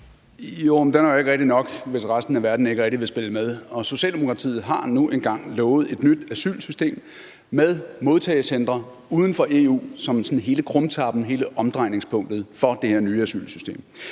Jo, men den er jo ikke rigtig nok, hvis resten af verden ikke rigtig vil spille med. Og Socialdemokratiet har nu engang lovet et nyt asylsystem med modtagecentre uden for EU som hele krumtappen, hele omdrejningspunktet, for det her nye asylsystem.